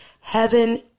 heaven